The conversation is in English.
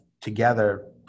together